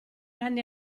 anni